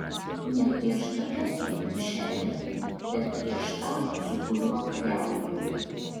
ne prieš tave einu šiandien bet prieš tą su kuriuo kariauju